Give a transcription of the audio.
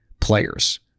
players